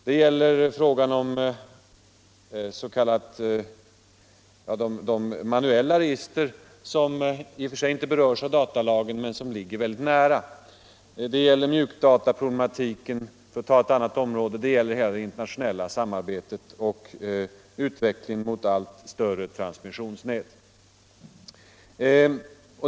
Det gäller de manuella register som i och för sig inte berörs av datalagen men som ligger mycket nära, det gäller mjukdataproblematiken för att ta ett annat område, och det gäller hela det internationella samarbetet och utvecklingen mot allt större transmissionsnät.